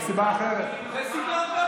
מה הסיבה שאף אחד לא מאמין